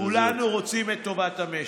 כולנו רוצים את טובת המשק.